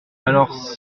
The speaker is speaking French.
alors